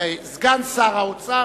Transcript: סגן שר האוצר,